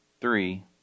three